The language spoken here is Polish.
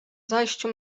zajściu